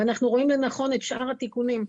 ואנחנו רואים לנכון את שאר התיקונים.